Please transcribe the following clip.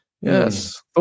Yes